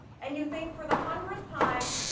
and you think for the hundredth time,